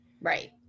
right